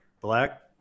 black